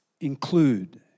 include